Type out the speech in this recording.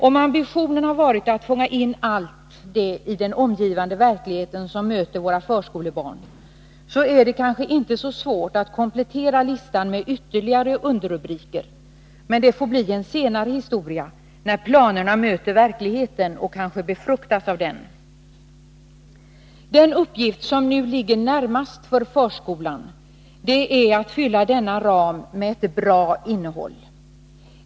Om ambitionen har varit att fånga in allt i den omgivande verkligheten som möter våra förskolebarn, är det kanske inte så svårt att komplettera listan med ytterligare underrubriker, men det får bli en senare historia, när planerna möter verkligheten och kanske befruktas av den. Den uppgift som nu ligger närmast för förskolan är att fylla denna ram med ett bra innehåll.